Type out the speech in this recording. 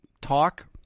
talk